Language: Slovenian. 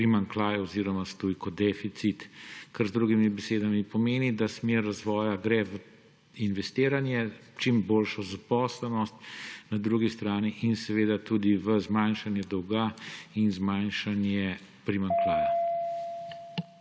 primanjkljaj oziroma s tujko deficit. Kar z drugimi besedami pomeni, da smer razvoja gre v investiranje, čim boljšo zaposlenost na drugi strani ter seveda tudi v zmanjšanje dolga in zmanjšanje primanjkljaja.